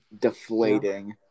Deflating